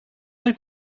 like